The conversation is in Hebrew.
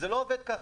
זה לא עובד ככה.